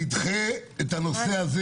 תדחה את הנושא הזה